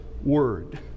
word